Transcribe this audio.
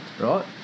right